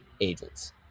agents